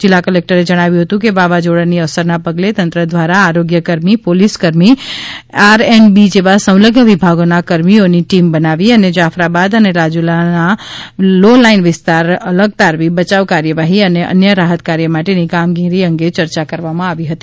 જિલ્લા કલેકટરે જણાવ્યું કે વાવાઝોડાની અસરના પગલે તંત્ર દ્વારા આરોગ્ય કર્મી પોલીસ કર્મી આર એન્ડ બી જેવા સંલગ્ન વિભાગોના કર્મીઓની ટીમ બનાવી અને જાફરાબાદ અને રાજુલાના લો લાઈન વિસ્તાર અલગ તારવી બચાવ કાર્યવાહી અને અન્ય રાહતકાર્ય માટેની કામગીરી અંગે ચર્ચા કરવામાં આવી હતી